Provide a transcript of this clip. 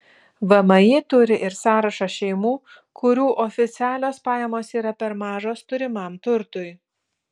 vmi turi ir sąrašą šeimų kurių oficialios pajamos yra per mažos turimam turtui